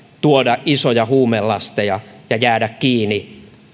tuoda isoja huumelasteja ja jäädä kiinni